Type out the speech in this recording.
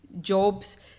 jobs